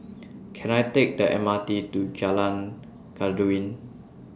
Can I Take The M R T to Jalan Khairuddin